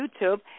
YouTube